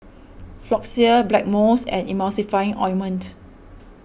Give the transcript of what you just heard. Floxia Blackmores and Emulsying Ointment